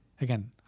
again